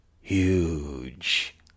huge